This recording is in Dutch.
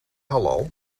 halal